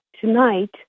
Tonight